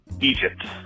Egypt